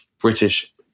British